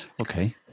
Okay